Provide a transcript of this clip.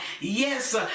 yes